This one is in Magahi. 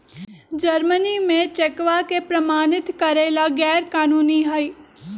जर्मनी में चेकवा के प्रमाणित करे ला गैर कानूनी हई